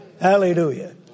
Hallelujah